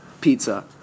pizza